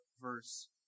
verse